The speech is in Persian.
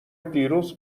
دیروز